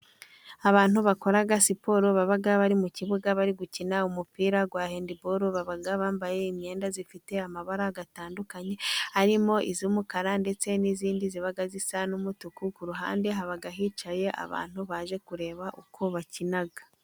Abantu bakora siporo baba bari mu kibuga, barimo gukina umupira wa hendiboro. Baba bambaye imyenda ifite amabara atandukanye , harimo iy'umukara ndetse n'indi iba isa n'umutuku. Ku ruhande haba hicaye abantu baje kureba uko bakina.